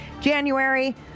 January